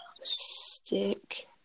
Stick